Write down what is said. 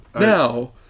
Now